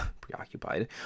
preoccupied